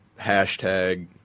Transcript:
hashtag